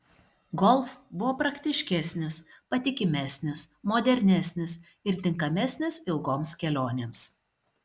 golf buvo praktiškesnis patikimesnis modernesnis ir tinkamesnis ilgoms kelionėms